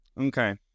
Okay